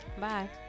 Bye